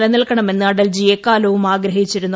നിലനിൽക്കണമെന്ന് അടൽജി എക്കാലവും ആഗ്രഹിച്ചിരുന്നു